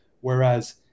whereas